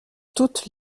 toutes